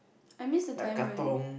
I miss the time when